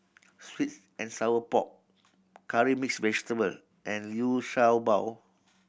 sweet and sour pork curry mix vegetable and Liu Sha Bao